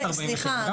ספציפית.